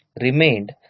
remained